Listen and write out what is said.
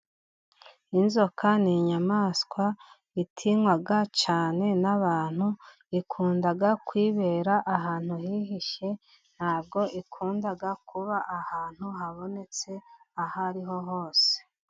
Inzoka ni inyamaswa itinywa cyane n'abantu . Ikunda kwibera ahantu hihishe ntabwo ikunda kuba ahantu habonetse aho ariho hose.